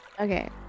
okay